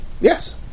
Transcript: Yes